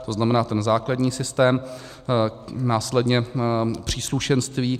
To znamená ten základní systém, následně příslušenství.